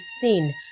seen